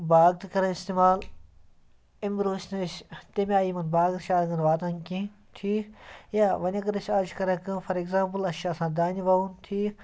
باغ تہِ کران اِستعمال اَمہِ برٛونٛہہ أسۍ نہٕ أسۍ تَمہِ آیہِ یِمَن باغس چھِ آز زَنہٕ واتان کینٛہہ ٹھیٖک یا وۄنۍ اگر أسۍ آز چھِ کران کأم فار ایٚکزامپٕل اَسہِ چھِ آسان دانہِ وَوُن ٹھیٖک